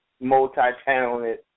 multi-talented